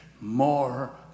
more